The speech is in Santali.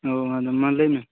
ᱚᱸᱻ ᱟᱫᱚ ᱢᱟ ᱞᱟᱹᱭᱢᱮ